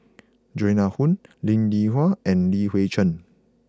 Joan Hon Linn In Hua and Li Hui Cheng